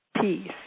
peace